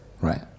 Right